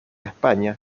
españa